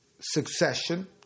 succession